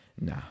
No